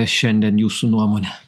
šiandien jūsų nuomone